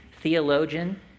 theologian